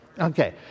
Okay